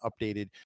updated